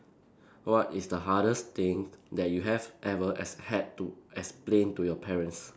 what is the hardest thing that you have ever as had to explain to your parents